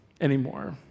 anymore